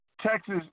Texas